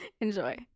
Enjoy